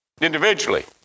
individually